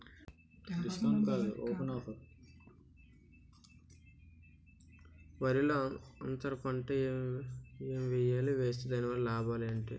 వరిలో అంతర పంట ఎం వేయాలి? వేస్తే దాని వల్ల లాభాలు ఏంటి?